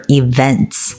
events